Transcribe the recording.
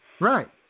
Right